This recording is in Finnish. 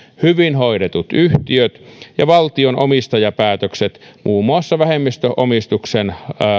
hyvin hoidetut yhtiöt ja valtion omistajapäätökset muun muassa vähemmistöomistuksen